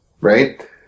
right